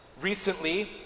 recently